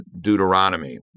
Deuteronomy